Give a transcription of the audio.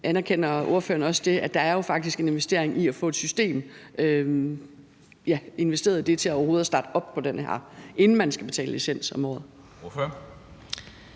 Anerkender ordføreren også det, altså at der jo faktisk også er en investering i at få et system i forhold til overhovedet at starte op på det her, inden man skal betale årlig